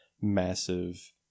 massive